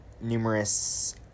numerous